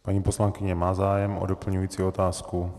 Paní poslankyně má zájem o doplňující otázku.